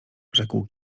rzekł